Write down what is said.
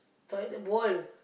toilet bowl